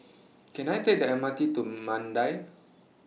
Can I Take The M R T to Mandai